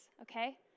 Okay